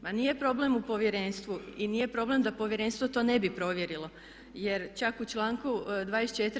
Ma nije problem u Povjerenstvu i nije problem da Povjerenstvo to ne bi provjerilo, jer čak u članku 24.